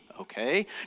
Okay